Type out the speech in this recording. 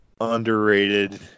underrated